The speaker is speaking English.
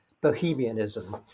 bohemianism